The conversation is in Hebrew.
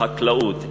חקלאות,